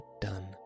done